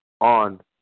on